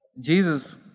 Jesus